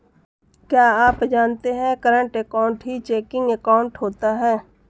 क्या आप जानते है करंट अकाउंट ही चेकिंग अकाउंट होता है